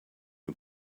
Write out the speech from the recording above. new